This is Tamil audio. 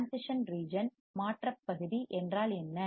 டிரான்சிஷன் ரிஜன் மாற்றப்பகுதி என்றால் என்ன